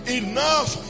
enough